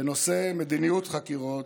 בנושא מדיניות חקירות,